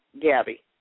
Gabby